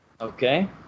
Okay